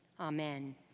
Amen